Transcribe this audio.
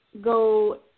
go